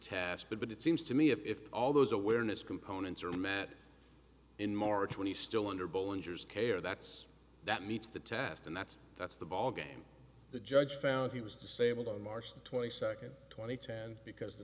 task but it seems to me if all those awareness components are met in march when you still wonder bull injures care that's that meets the test and that's that's the ballgame the judge found he was disabled on march twenty second twenty ten because the